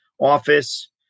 office